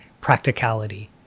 practicality